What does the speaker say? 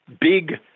big